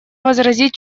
возразить